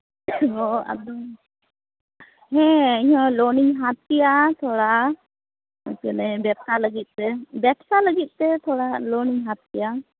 ᱚᱻ ᱟᱫᱚ ᱦᱮᱸ ᱤᱧᱦᱚᱸ ᱞᱳᱱ ᱤᱧ ᱦᱟᱛᱟᱣ ᱠᱮᱭᱟ ᱛᱷᱚᱲᱟ ᱵᱮᱵᱽᱥᱟ ᱞᱟᱹᱜᱚᱫ ᱛᱮ ᱵᱮᱵᱽᱥᱟ ᱞᱟᱹᱜᱤᱫ ᱛᱮ ᱛᱷᱚᱲᱟ ᱞᱳᱱ ᱤᱧ ᱦᱟᱛᱟᱣ ᱠᱮᱭᱟ